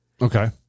okay